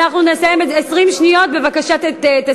20 שניות, בבקשה תסיים את הנקודה.